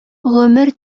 гомер